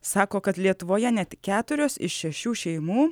sako kad lietuvoje net keturios iš šešių šeimų